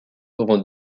rend